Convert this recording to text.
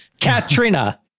katrina